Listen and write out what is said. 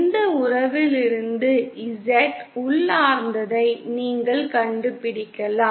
இந்த உறவிலிருந்து Z உள்ளார்ந்ததை நீங்கள் கண்டுபிடிக்கலாம்